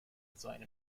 design